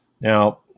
Now